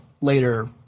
later